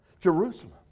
Jerusalem